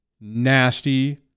nasty